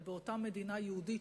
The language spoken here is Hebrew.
אבל באותה מדינה יהודית,